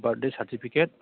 birthday certificate